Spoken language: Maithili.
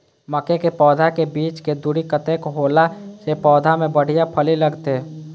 मके के पौधा के बीच के दूरी कतेक होला से पौधा में बढ़िया फली लगते?